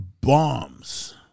bombs